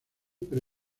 pre